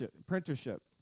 apprenticeship